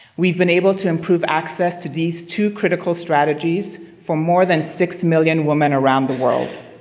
we've been able to improve access to these two critical strategies for more than six million women around the world.